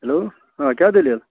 hello آ کیٛاہ دٔلیٖل